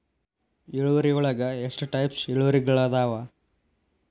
ಇಳುವರಿಯೊಳಗ ಎಷ್ಟ ಟೈಪ್ಸ್ ಇಳುವರಿಗಳಾದವ